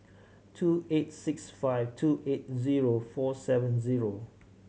two eight six five two eight zero four seven zero